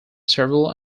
several